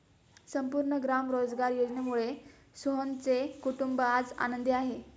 संपूर्ण ग्राम रोजगार योजनेमुळे सोहनचे कुटुंब आज आनंदी आहे